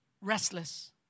restless